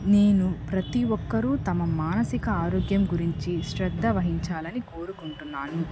నేను ప్రతి ఒక్కరూ తమ మానసిక ఆరోగ్యం గురించి శ్రద్ధ వహించాలని కోరుకుంటున్నాను